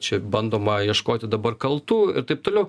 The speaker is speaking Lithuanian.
čia bandoma ieškoti dabar kaltų ir taip toliau